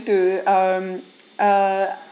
to um uh